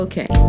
Okay